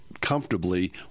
Comfortably